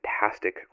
fantastic